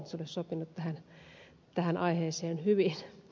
se olisi sopinut tähän aiheeseen hyvin